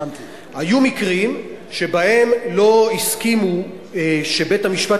היו מקרים שבהם לא הסכימו שבית-המשפט